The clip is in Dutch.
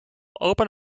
open